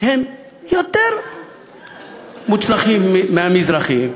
הם יותר מוצלחים מהמזרחים.